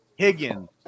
Higgins